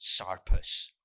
Sarpus